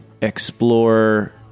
explore